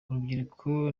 urubyiruko